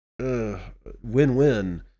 Win-win